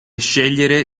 scegliere